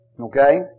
Okay